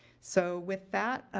so, with that, ah